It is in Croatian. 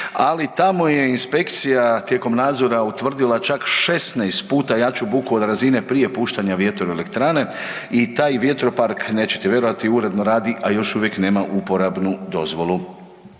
ali tamo je inspekcija tijekom nadzora utvrdila čak 16 puta jaču buku od razine prije puštanja vjetroelektrane i taj vjetropark nećete vjerovati uredno radi, a još uvijek nema uporabnu dozvolu.